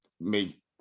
make